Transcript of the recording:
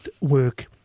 work